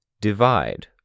Divide